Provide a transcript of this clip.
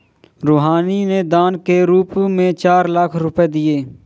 रूहानी ने दान के रूप में चार लाख रुपए दिए